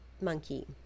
monkey